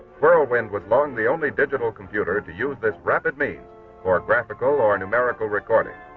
whirlwind was long the only digital computer to use this rapid means for graphical or numerical recording.